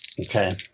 Okay